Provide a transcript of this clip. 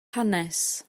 hanes